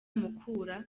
mukura